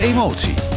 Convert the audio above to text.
Emotie